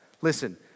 Listen